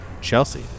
Chelsea